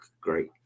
great